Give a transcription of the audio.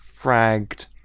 fragged